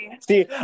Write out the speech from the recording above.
See